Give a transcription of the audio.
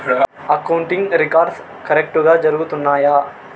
accounting records కరెక్టుగా జరుగుతున్నాయా